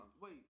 wait